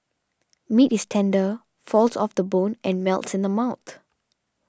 meat is tender falls off the bone and melts in the mouth